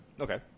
Okay